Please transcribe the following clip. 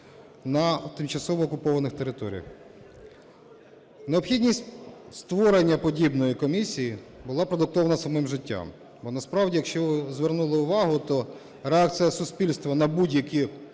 на тимчасово окупованих територіях. Необхідність створення подібної комісії була продиктована самим життям. Бо насправді, якщо ви звернули увагу, то реакція суспільства на будь-які